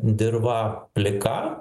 dirva plika